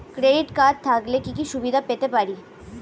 Credit card থাকলে কি কি সুবিধা পেতে পারি?